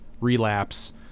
relapse